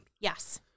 Yes